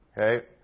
okay